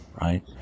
right